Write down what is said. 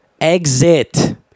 Exit